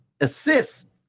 assist